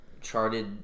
charted